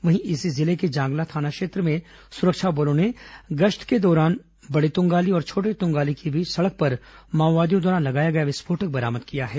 वहीं इसी जिले के जांगला थाना क्षेत्र में सुरक्षा बलों ने गश्त के दौरान बड़ेतुंगाली और छोटेतुंगाली के बीच सड़क पर माओवादियों द्वारा लगाया गया विस्फोटक बरामद किया है